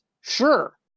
sure